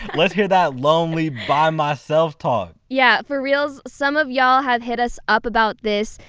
let's hear that lonely, by myself' talk. yeah for reals, some of y'all have hit us up about this,